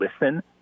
listen